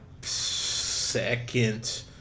second